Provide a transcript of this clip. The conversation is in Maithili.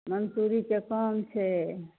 मँसूरीके कम छै